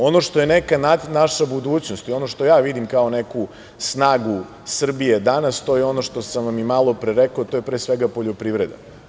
Ono što je neka naša budućnost i ono što ja vidim kao neku snagu Srbije danas, to je ono što sam i malopre rekao, to je pre svega poljoprivreda.